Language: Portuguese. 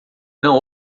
não